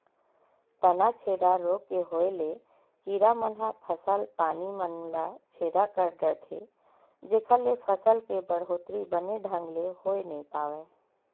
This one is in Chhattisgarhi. तनाछेदा रोग के होय ले कीरा मन ह फसल पानी मन ल छेदा कर डरथे जेखर ले फसल के बड़होत्तरी बने ढंग ले होय नइ पावय